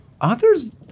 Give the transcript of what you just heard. authors